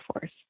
force